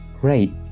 Great